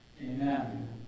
Amen